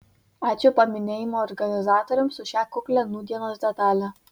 ačiū paminėjimo organizatoriams už šią kuklią nūdienos detalę